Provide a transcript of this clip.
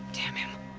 damn him!